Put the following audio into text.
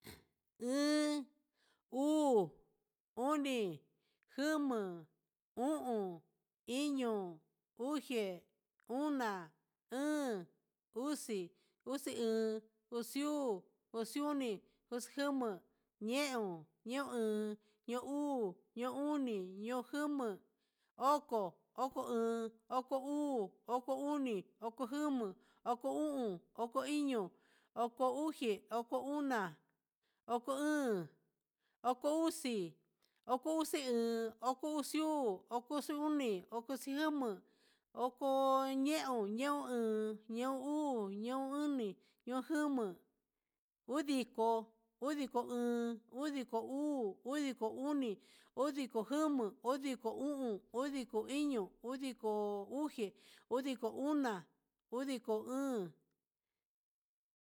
Iin, uu, oni, jama, o'on, iño, uje, una, óón, uxi, uxi iin, uxi uu, uxi oni, uxi jama, ñeon, ñeon iin, ñeon uu, ñeon oni, ñeon jama, oko oko iin, oko uu, oko uni, oko jama, oko o'on, oko iño, oko ujé, oko una, oko óón, oko uxi, oko uxi iin, oko uxi uu, oko uxi jama, ñeon, ñeon iin, ñeon uu, ñeon oni, ñeon jama, udiko, udiko aan, udiko uu, udiko uni, udiko jama, udiko o'on, udiko iño, udiko ujé, undiko ona, udiko o'on.